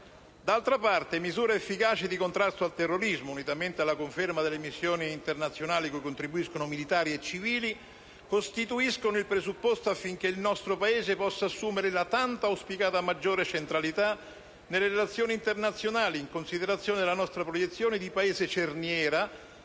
D'altra parte, misure efficaci di contrasto al terrorismo, unitamente alla conferma delle missioni internazionali, cui contribuiscono militari e civili, costituiscono il presupposto affinché il nostro Paese possa assumere la tanto auspicata maggiore centralità nelle relazioni internazionali, in considerazione della nostra proiezione di Paese cerniera